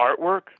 artwork